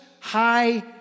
high